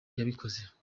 yabikoze